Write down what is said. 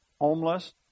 homeless